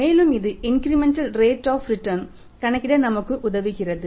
மேலும் இது incremental rate on return கணக்கிட நமக்கு உதவுகிறது